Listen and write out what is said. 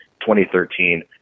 2013